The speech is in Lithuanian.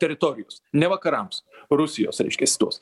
teritorijos ne vakarams rusijos reiškiasi tos